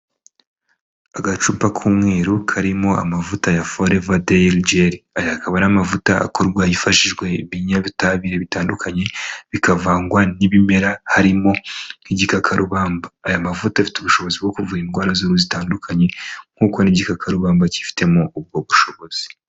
Agacupa k'umweru karimo amavuta ya Forever dairly. Akaba ari amavuta akorwa hifashishwajwe ibinyabutabire bitandukanye, bikavangwa n'ibimera, harimo nk'igikakarubamba. Aya mavuta afite ubushobozi bwo kuvura indwara zitandukanye nk'uko n'igikarubamba cyifitemo ubwo bushobozi.